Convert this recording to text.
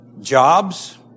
jobs